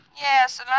Yes